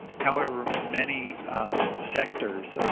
however many sectors,